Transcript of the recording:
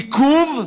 עיכוב,